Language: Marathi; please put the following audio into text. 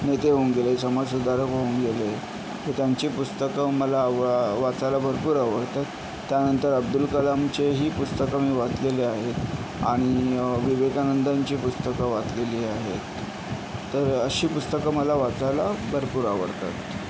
नेते होऊन गेले समाजसुधारक होऊन गेले तर त्यांची पुस्तकं मला आव वाचायला भरपूर आवडतात त्यानंतर अब्दुल कलामचेही पुस्तकं मी वाचलेले आहे आणि विवेकानंदांची पुस्तकं वाचलेली आहेत तर अशी पुस्तकं मला वाचायला भरपूर आवडतात